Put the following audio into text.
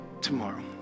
tomorrow